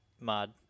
mod